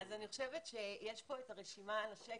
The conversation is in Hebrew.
יש פה את הרשימה על השקף,